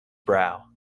brow